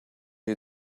you